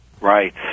Right